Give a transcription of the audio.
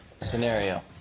Scenario